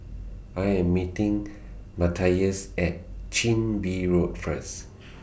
I Am meeting Mathias At Chin Bee Road First